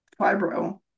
fibro